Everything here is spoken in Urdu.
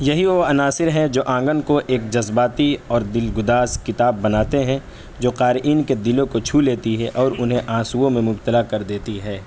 یہی وہ عناصر ہیں جو آنگن کو ایک جذباتی اور دل گداز کتاب بناتے ہیں جو قارئین کے دلوں کو چھو لیتی ہے اور انہیں آنسوؤں میں مبتلا کر دیتی ہے